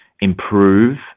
improve